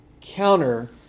counter